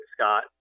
Scott